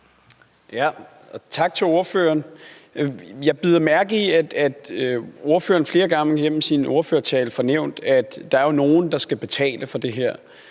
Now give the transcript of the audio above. Tak til ordføreren. Jeg bed mærke i, at ordføreren flere gange i løbet af sin ordførertale fik nævnt, at der jo er nogen, der skal betale for det her.